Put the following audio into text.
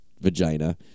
vagina